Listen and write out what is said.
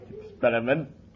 experiment